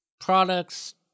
products